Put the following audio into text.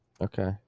Okay